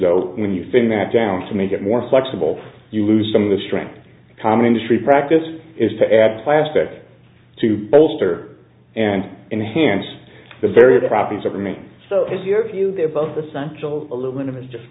though when you figure that down to make it more flexible you lose some of the strength common industry practice is to add plastic to bolster and enhance the various properties are made so it's your view they're both essential aluminum is just